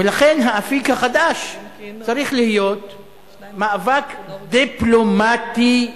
ולכן האפיק החדש צריך להיות מאבק דיפלומטי באו"ם.